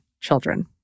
children